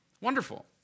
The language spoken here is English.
Wonderful